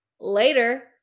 later